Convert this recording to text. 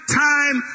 time